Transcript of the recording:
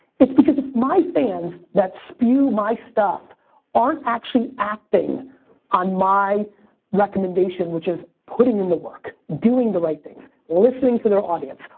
it's because if my fans that spew my stuff aren't actually acting on my recommendation, which is putting in the work, doing the right things, listening to their audience,